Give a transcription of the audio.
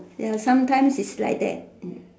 ya sometimes is like that mm